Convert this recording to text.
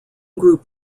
group